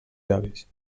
llavis